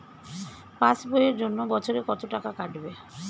Pass বইয়ের জন্য বছরে কত টাকা কাটবে?